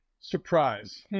surprise